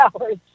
hours